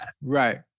Right